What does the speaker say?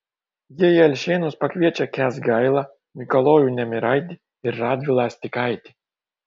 jie į alšėnus pakviečia kęsgailą mikalojų nemiraitį ir radvilą astikaitį